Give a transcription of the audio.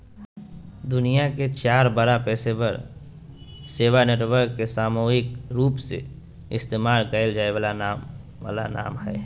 दुनिया के चार बड़ा पेशेवर सेवा नेटवर्क के सामूहिक रूपसे इस्तेमाल कइल जा वाला नाम हइ